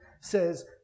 says